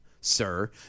sir